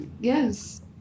Yes